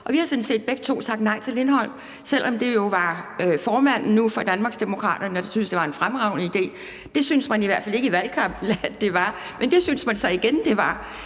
og at vi sådan set begge to har sagt nej til Lindholm, selv om det jo var formanden nu for Danmarksdemokraterne, der syntes, det var en fremragende idé. Det syntes man i hvert fald ikke i valgkampen at det var – men det synes man så igen det er.